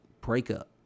breakup